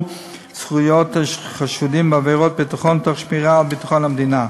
בזכויות חשודים בעבירות ביטחון תוך שמירה על ביטחון המדינה.